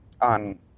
on